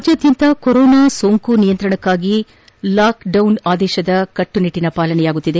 ರಾಜ್ಯಾದ್ದಂತ corona ಸೋಂಕು ನಿಯಂತ್ರಣಕ್ಕಾಗಿ lockdown ಆದೇಶದ ಕಟ್ಟುನಿಟ್ಟಿನ ಪಾಲನೆಯಾಗುತ್ತಿದೆ